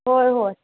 हो हो